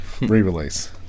re-release